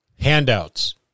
Handouts